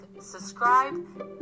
subscribe